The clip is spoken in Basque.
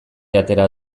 atera